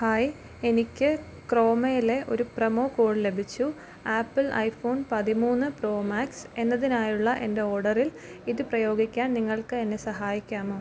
hi എനിക്ക് ക്രോമയിലെ ഒരു പ്രൊമോ കോഡ് ലഭിച്ചു ആപ്പിൾ ഐഫോൺ പതിമൂന്ന് പ്രോ മാക്സ് എന്നതിനായുള്ള എൻ്റെ ഓർഡറിൽ ഇത് പ്രയോഗിക്കാൻ നിങ്ങൾക്ക് എന്നെ സഹായിക്കാമോ